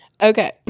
Okay